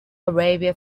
arabia